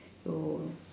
oh